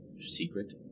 secret